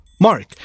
Mark